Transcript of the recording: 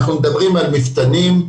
מפתנים,